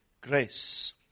grace